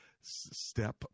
step